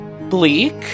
bleak